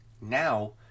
now